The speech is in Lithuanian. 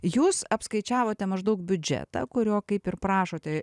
jūs apskaičiavote maždaug biudžetą kurio kaip ir prašote